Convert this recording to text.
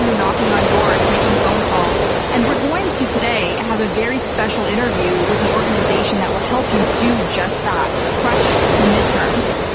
you know knocking on doors, making phone calls. and we're going to today have a very special interview with an organization that will help you do just that, crush the midterms.